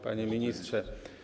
Panie Ministrze!